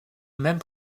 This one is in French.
mêmes